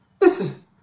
Listen